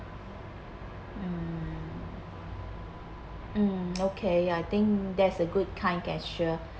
mm mm okay I think that's a good kind gesture